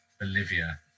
Bolivia